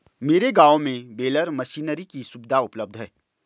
मेरे गांव में बेलर मशीनरी की सुविधा उपलब्ध है